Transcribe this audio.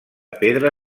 pedra